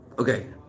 Okay